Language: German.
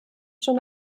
schon